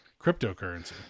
cryptocurrency